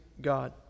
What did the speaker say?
God